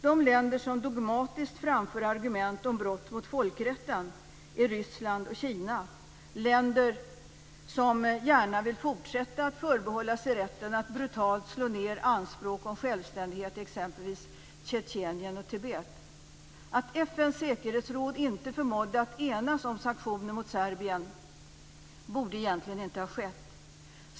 De länder som dogmatiskt framför argument om brott mot folkrätten är Ryssland och Kina, länder som gärna vill fortsätta att förbehålla sig rätten att brutalt slå ned anspråk om självständighet i exempelvis Tjetjenien och Tibet. Att FN:s säkerhetsråd inte förmådde att enas om sanktioner mot Serbien borde egentligen inte ha skett.